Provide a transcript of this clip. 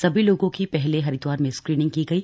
सभी लोगों की पहले हरिद्वार में स्क्रीनिंग की गई